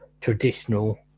traditional